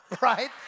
right